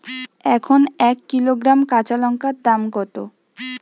এখন এক কিলোগ্রাম কাঁচা লঙ্কার দাম কত?